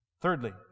thirdly